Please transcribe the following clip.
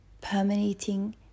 permeating